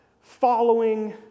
following